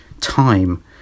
time